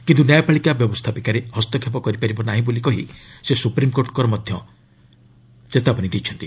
କିନ୍ତୁ ନ୍ୟାୟପାଳିକା ବ୍ୟବସ୍ଥାପିକାରେ ହସ୍ତକ୍ଷେପ କରିପାରିବ ନାହିଁ ବୋଲି କହି ସେ ସୁପ୍ରିମ୍କୋର୍ଟଙ୍କ ପ୍ରତି ଚେତାବନୀ ଦେଇଛନ୍ତି